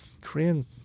Korean